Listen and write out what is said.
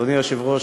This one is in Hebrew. אדוני היושב-ראש,